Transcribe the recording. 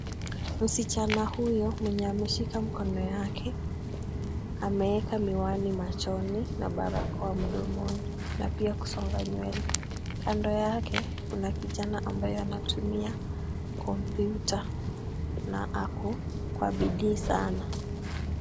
Msichana huyo mwenye ameshika mkono yake ameweka miwani machoni na barakoa mdomoni na pia kusonga nywele. Kando yake kuna kijana ambaye anatumia kompyuta na ako kwa bidii sana.